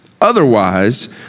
otherwise